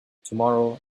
tomorrow